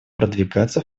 продвигаться